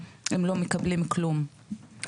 הם לא מקבלים כלום.